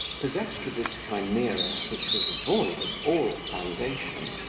possessed with this chimera, which was void of all foundation,